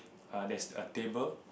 err theres a table